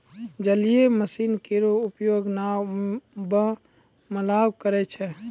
जलीय मसीन केरो उपयोग नाव म मल्हबे करै छै?